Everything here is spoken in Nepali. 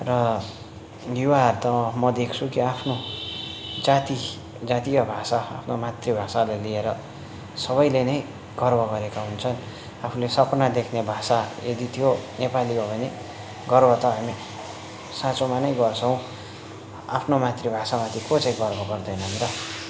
र युवाहरू त म देख्छु कि आफ्नो जाति जातिय भाषा आफ्नो मातृभाषालाई लिएर सबैले नै गर्व गरेका हुन्छन् आफूले सपना देख्ने भाषा यदि त्यो नेपाली भाषा हो भने गर्व त हामी साँचोमा नै गर्छौँ आफ्नो मातृभाषामाथि को चाहिँ गर्व गर्दैनन् र